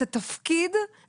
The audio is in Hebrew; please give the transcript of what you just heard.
את התפקיד,